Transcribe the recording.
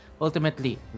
ultimately